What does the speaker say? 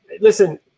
listen